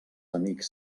amics